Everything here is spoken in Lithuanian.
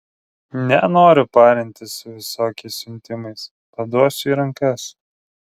nenoriu parintis su visokiais siuntimais paduosiu į rankas